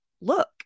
look